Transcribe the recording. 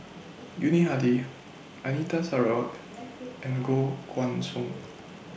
Yuni Hadi Anita Sarawak and Koh Guan Song